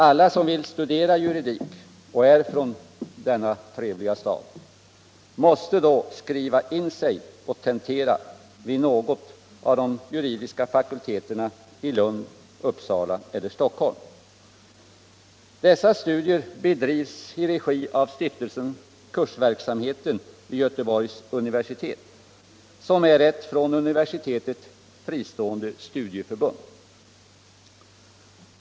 Alla som vill studera juridik och är från denna trevliga stad måste skriva in sig och tentera vid någon av de juridiska fakulteterna i Lund, Uppsala eller Stockholm. Dessa studier bedrivs i regi av Stiftelsen Kursverksamheten vid Göteborgs universitet, som är ett från universitetet fristående studieförbund.